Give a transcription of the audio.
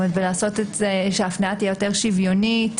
שההפניה תהיה יותר שוויונית,